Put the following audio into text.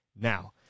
now